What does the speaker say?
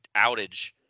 outage